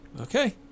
Okay